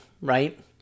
right